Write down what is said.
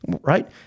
Right